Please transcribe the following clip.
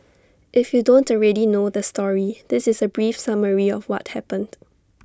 if you don't already know the story this is A brief summary of what happened